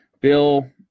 Bill